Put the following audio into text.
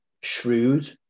shrewd